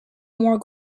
more